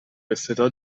بصدا